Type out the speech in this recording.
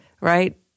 right